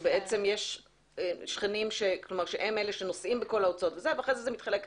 שיש שכנים שהם נושאים בכל ההוצאות ואז זה מתחלק לעולם.